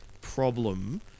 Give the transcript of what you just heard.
problem